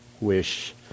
wish